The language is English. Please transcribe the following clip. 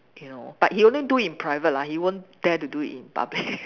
you know but he'll only do it in private lah he won't dare to do it in public